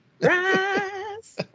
Rise